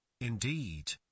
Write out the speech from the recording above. Indeed